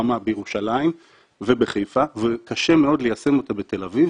חכמה בירושלים ובחיפה וקשה מאוד ליישם אותה בתל אביב,